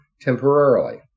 temporarily